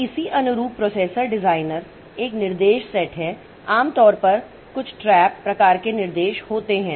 तो इसी अनुरूप प्रोसेसर डिजाइनर एक निर्देश सेट है आम तौर पर कुछ ट्रैप प्रकार के निर्देश होते हैं